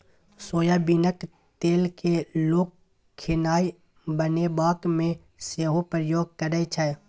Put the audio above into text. सोयाबीनक तेल केँ लोक खेनाए बनेबाक मे सेहो प्रयोग करै छै